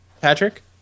Patrick